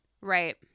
Right